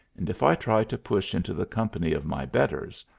and if i try to push into the company of my betters,